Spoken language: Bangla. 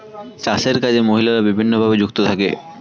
চাষের কাজে মহিলারা বিভিন্নভাবে যুক্ত থাকে